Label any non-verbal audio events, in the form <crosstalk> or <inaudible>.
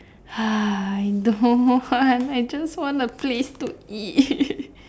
<noise> I don't want I just want a place to eat <laughs>